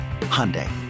Hyundai